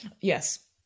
Yes